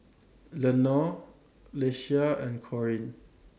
Lenore Leshia and Corine